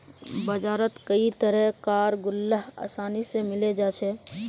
बजारत कई तरह कार गुल्लक आसानी से मिले जा छे